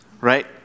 Right